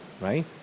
right